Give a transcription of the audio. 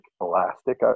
elastic